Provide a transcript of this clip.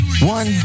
One